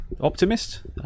Optimist